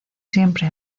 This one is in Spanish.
siempre